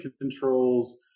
controls